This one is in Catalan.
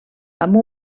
amb